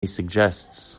suggests